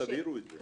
אז תבהירו את זה.